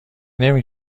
نمی